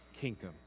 kingdom